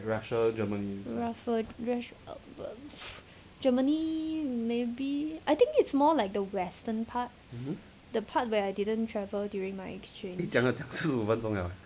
ruffle rash bah germany maybe I think it's more like the western part the part where I didn't travel during my exchange